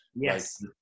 yes